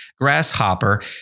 grasshopper